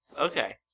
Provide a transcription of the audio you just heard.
okay